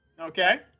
Okay